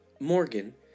Morgan